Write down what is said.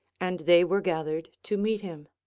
and they were gathered to meet him.